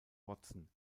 watson